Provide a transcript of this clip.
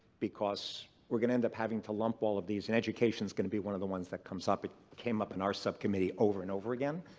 because we're going to end up having to lump all of these and education is going to be one of the ones that comes up. it came up in our subcommittee over and over again.